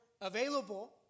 available